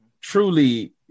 truly